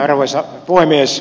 arvoisa puhemies